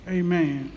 amen